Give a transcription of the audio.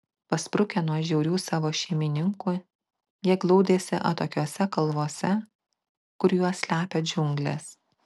pasprukę nuo žiaurių savo šeimininkų jie glaudžiasi atokiose kalvose kur juos slepia džiunglės